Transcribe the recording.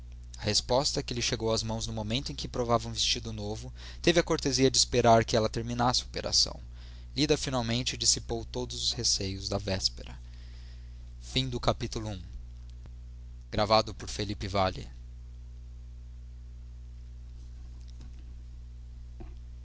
a resposta que lhe chegou às mãos no momento em que provava um vestido novo teve a cortesia de esperar que ela terminasse a operação lida finalmente dissipou todos os receios da véspera capítulo ii no